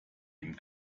ihm